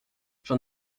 j’en